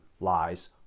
lies